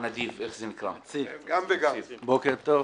בוקר טוב,